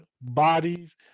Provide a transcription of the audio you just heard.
bodies